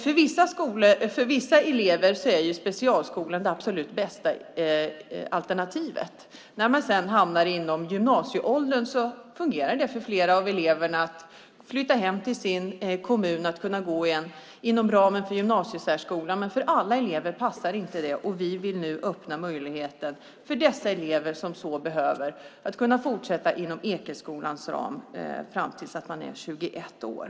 För vissa elever är specialskolan det absolut bästa alternativet. När man sedan kommer upp i gymnasieåldern fungerar det för flera av eleverna att flytta hem till sin kommun för att kunna gå i gymnasiet där inom ramen för gymnasiesärskolan. Men för alla elever passar inte det, och vi vill nu öppna möjligheten för de elever som så behöver att fortsätta inom Ekeskolans ram fram tills de är 21 år.